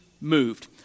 moved